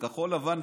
כחול לבן,